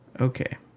Okay